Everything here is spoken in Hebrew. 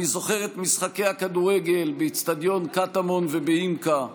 אני זוכר את משחקי הכדורגל באצטדיון קטמון ובימק"א,